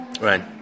Right